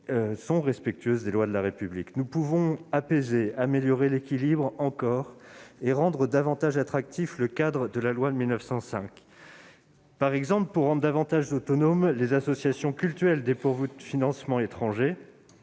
sont respectueuses des lois de la République. Nous pouvons encore apaiser et améliorer l'équilibre et rendre plus attractif le cadre de la loi de 1905. Par exemple, pour rendre davantage autonomes les associations cultuelles dépourvues de financements étrangers,